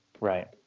Right